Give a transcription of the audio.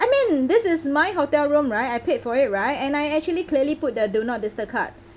I mean this is my hotel room right I paid for it right and I actually clearly put the do not disturb card